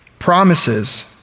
promises